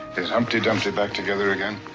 is humpty dumpty back together again?